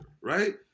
right